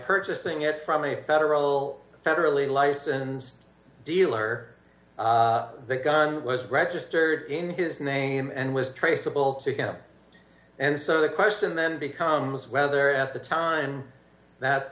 purchasing it from a federal federally licensed dealer the gun was registered in his name and was traceable to him and so the question then becomes whether at the time that